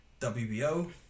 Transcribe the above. WBO